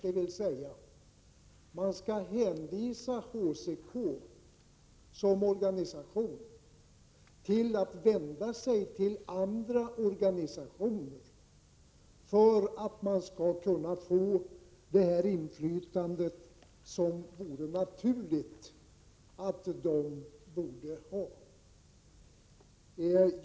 Det skulle betyda att man skall hänvisa HCK som organisation till att vända sig till andra organisationer för att få det inflytande som det vore naturligt att HCK hade.